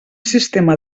sistema